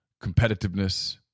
competitiveness